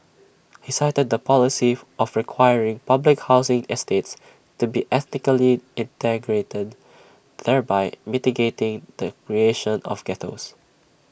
he cited the policy of requiring public housing estates to be ethnically integrated thereby mitigating the creation of ghettos